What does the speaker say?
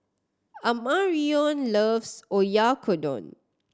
Amarion loves Oyakodon